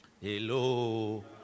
Hello